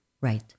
Right